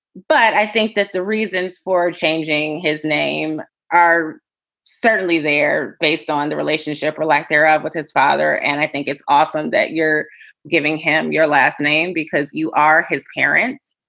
but i think that the reasons for changing his name are certainly there based on the relationship or lack thereof with his father. and i think it's awesome that you're giving him your last name because you are his parents.